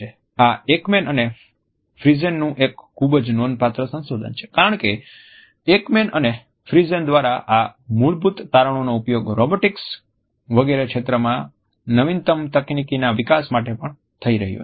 આ એકમેન અને ફ્રીસેનનું એક ખૂબ જ નોંધપાત્ર સંશોધન છે કારણ કે એકમેન અને ફ્રીસેન દ્વારા આ મૂળભૂત તારણોનો ઉપયોગ રોબોટિક્સ વગેરે ક્ષેત્રમાં નવીનતમ તકનીકીના વિકાસ માટે પણ થઈ રહ્યો છે